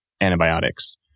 antibiotics